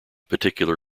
particular